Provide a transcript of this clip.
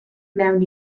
mewn